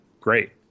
great